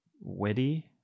witty